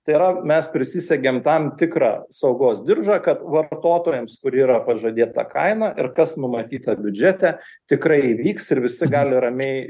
tai yra mes prisisegėm tam tikrą saugos diržą kad vartotojams kur yra pažadėta kaina ir kas numatyta biudžete tikrai įvyks ir visi gali ramiai